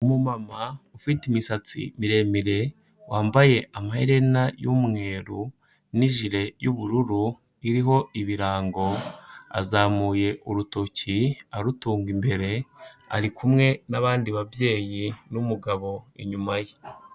Umumama ufite imisatsi miremire wambaye amaherena y'umweru n'ijire y'ubururu iriho ibirango, azamuye urutoki arutunga imbere ari kumwe n'abandi babyeyi n'umugabo inyuma ye.